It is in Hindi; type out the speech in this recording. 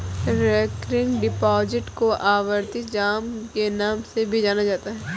रेकरिंग डिपॉजिट को आवर्ती जमा के नाम से भी जाना जाता है